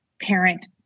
parent